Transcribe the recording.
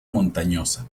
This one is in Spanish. montañosa